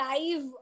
live